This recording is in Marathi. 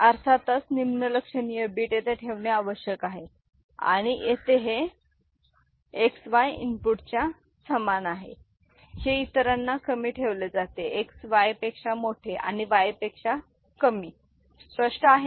तर अर्थातच निम्न लक्षणीय बिट्स येथे ठेवणे आवश्यक आहे आणि येथे हे X Y इनपुटच्या समान आ हे इतरांना कमी ठेवले जाते X Y पेक्षा मोठे आणि Y पेक्षा कमी स्पष्ट आहे